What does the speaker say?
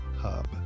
hub